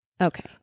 Okay